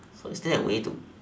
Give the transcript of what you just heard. so is there a way to